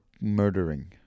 murdering